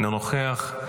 אינו נוכח,